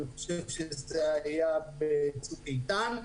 אני חושב שזה היה בצוק איתן,